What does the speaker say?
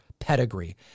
pedigree